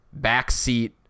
backseat